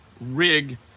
rig